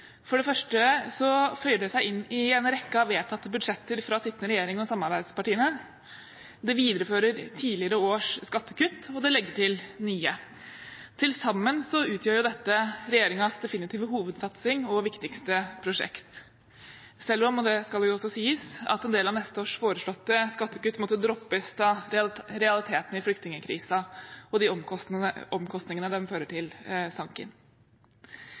For det første føyer det seg inn i en rekke av vedtatte budsjetter fra sittende regjering og samarbeidspartiene. Det viderefører tidligere års skattekutt, og det legger til nye. Til sammen utgjør dette regjeringens definitive hovedsatsing og viktigste prosjekt, selv om – og det skal også sies – en del av neste års foreslåtte skattekutt måtte droppes, da realiteten med flyktningkrisen og de omkostningene den fører til,